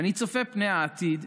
אני צופה פני עתיד,